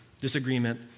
disagreement